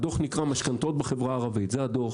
הדו"ח נקרא "משכנתאות בחברה הערבית", זה הדו"ח.